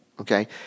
Okay